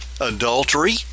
Adultery